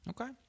Okay